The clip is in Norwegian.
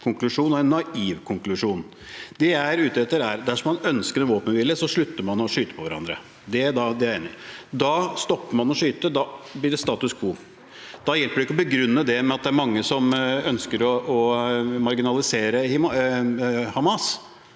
Det jeg er ute etter, er: Dersom man ønsker en våpenhvile, slutter man å skyte på hverandre. Det er det ene. Da stopper man å skyte. Da blir det status quo. Da hjelper det ikke å begrunne det med at det er mange som ønsker å marginalisere Hamas